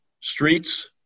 Streets